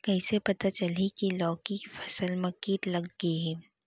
कइसे पता चलही की लौकी के फसल मा किट लग गे हे?